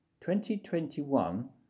2021